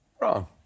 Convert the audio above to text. Wrong